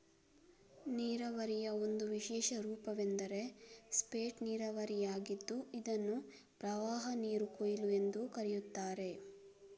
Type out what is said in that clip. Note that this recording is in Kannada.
ನೀರಾವರಿಯ ಒಂದು ವಿಶೇಷ ರೂಪವೆಂದರೆ ಸ್ಪೇಟ್ ನೀರಾವರಿಯಾಗಿದ್ದು ಇದನ್ನು ಪ್ರವಾಹನೀರು ಕೊಯ್ಲು ಎಂದೂ ಕರೆಯುತ್ತಾರೆ